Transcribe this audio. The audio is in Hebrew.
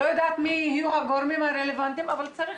לא יודעת מי יהיו הגורמים הרלוונטיים אבל צריך